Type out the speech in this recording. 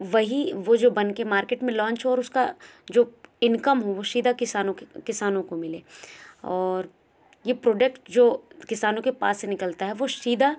वहीं वो जो बनकर मार्केट में लॉन्च हो और उसका जो इनकम हो वो सीधा किसानों को मिले और ये प्रोडक्ट जो किसानों के पास से निकलता है वो सीधा